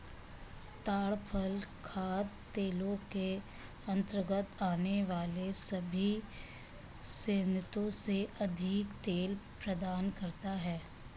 ताड़ फल खाद्य तेलों के अंतर्गत आने वाले सभी स्रोतों से अधिक तेल प्रदान करता है